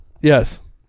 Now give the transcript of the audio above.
Yes